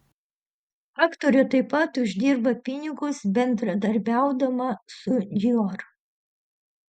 aktorė taip pat uždirba pinigus bendradarbiaudama su dior